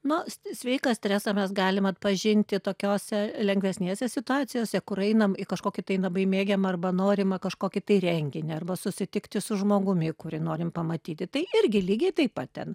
nu sveiką stresą mes galim atpažinti tokiose lengvesnėse situacijose kur einam į kažkokį tai labai mėgiamą arba norimą kažkokį renginį arba susitikti su žmogumi kurį norim pamatyti tai irgi lygiai taip pat ten